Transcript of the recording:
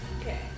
Okay